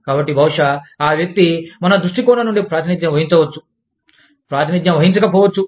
కాబట్టి బహుశా ఆ వ్యక్తి మన దృష్టికోణం నుండి ప్రాతినిధ్యం వహించవచ్చు ప్రాతినిధ్యంవహించక పోవచ్చు